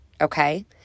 okay